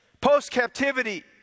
post-captivity